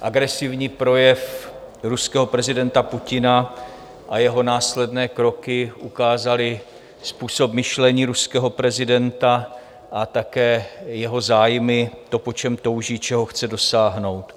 Agresivní projev ruského prezidenta Putina a jeho následné kroky ukázaly způsob myšlení ruského prezidenta a také jeho zájmy, to, po čem touží, čeho chce dosáhnout.